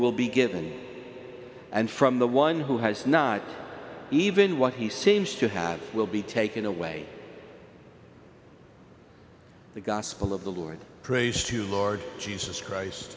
will be given and from the one who has not even what he seems to have will be taken away the gospel of the lord praise to lord jesus christ